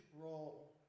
role